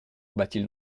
bathilde